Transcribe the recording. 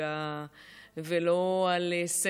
ולא על הנהגה,